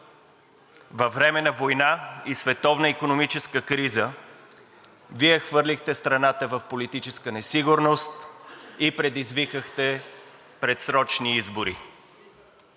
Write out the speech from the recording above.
Във време на война и световна икономическа криза Вие хвърлихте страната в политическа несигурност и предизвикахте предсрочни избори.